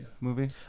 movie